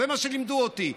זה מה שלימדו אותי.